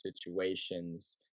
situations